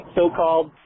so-called